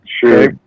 Sure